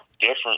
different